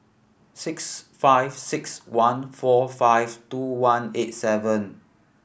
six five six one four five two one eight seven